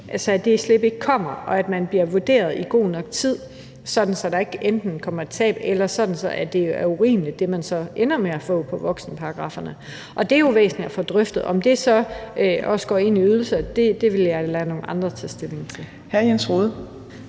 så det slip slet ikke kommer, og at man bliver vurderet i god nok tid, sådan at der ikke enten kommer et tab, eller at det, man så ender med at få på voksenparagrafferne, er urimeligt? Og det er jo væsentligt at få drøftet. Om det så også går ind i ydelser, vil jeg lade nogle andre tage stilling til. Kl.